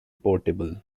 portable